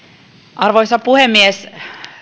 arvoisa puhemies